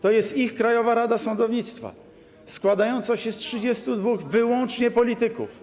To jest ich krajowa rada sądownictwa, składająca się z 32 wyłącznie polityków.